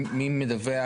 מי מדווח?